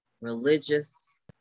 religious